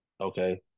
okay